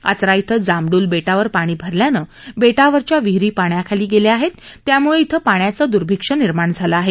आचरा इथं जामडुल बेटावर पाणी भरल्यानं बेटावरच्या विहिरी पाण्याखाली गेल्या आहेत त्याम्ळे इथं पाण्याचं द्र्भिक्ष्य निर्माण झालं आहे